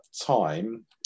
time